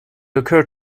occurred